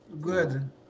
Good